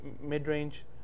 mid-range